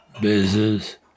business